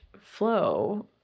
flow